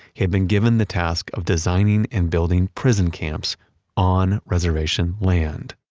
he'd been given the task of designing and building prison camps on reservation land.